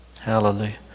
Hallelujah